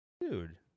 dude